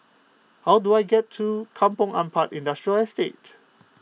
how do I get to Kampong Ampat Industrial Estate